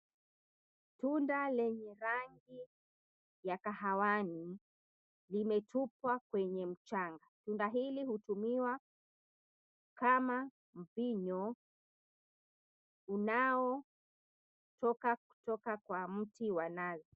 Tunda lenye rangi ya kahawani limetupwa kwenye mchanga, tunda hili hutumiwa kama mvinyo unaotoka kutoka kwa mti wa nazi.